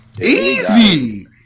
Easy